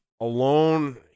alone